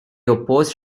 opposed